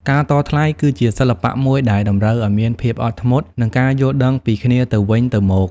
ការតថ្លៃគឺជាសិល្បៈមួយដែលតម្រូវឲ្យមានភាពអត់ធ្មត់ និងការយល់ដឹងពីគ្នាទៅវិញទៅមក។